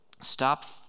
stop